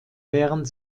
während